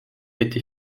été